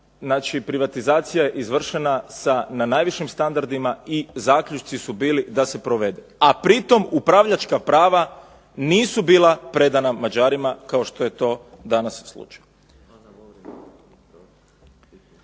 znači privatizacija je izvršena na najvišim standardima i zaključci su bili da se provede, a pri tom upravljačka prava nisu bila predana Mađarima kao što je to danas slučaj.